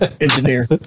Engineer